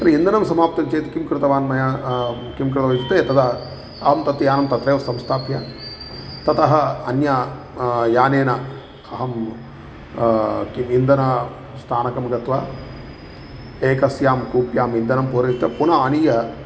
तर्हि इन्धनं समाप्तम् चेत् किं कृतवान् मया किं कृतवान् इत्युक्ते तदा अहं तत् यानं तत्रैव संस्थाप्य ततः अन्य यानेन अहं किम् इन्धनं स्थानकम् गत्वा एकस्यां कूप्याम् इन्धनं पूरयित्वा पुनः आनीय